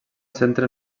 centre